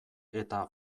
eta